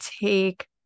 take